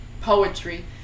poetry